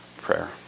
prayer